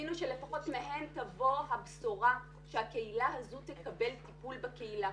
ציפינו שלפחות מהם תבוא הבשורה שהקהילה הזו תקבל טיפול בקהילה.